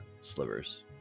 slivers